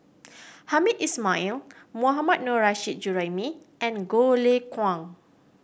Hamed Ismail Mohammad Nurrasyid Juraimi and Goh Lay Kuan